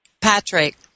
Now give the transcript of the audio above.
Patrick